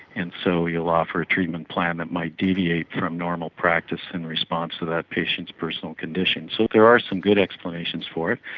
and so you'll offer a treatment plan that might deviate from normal practice in response to that patient's personal condition. so there are some good explanations for it.